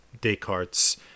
Descartes